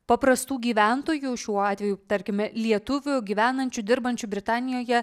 paprastų gyventojų šiuo atveju tarkime lietuvių gyvenančių dirbančių britanijoje